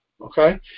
okay